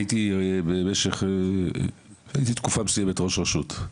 הייתי תקופה מסוימת ראש רשות.